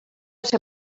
ser